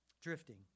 Drifting